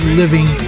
living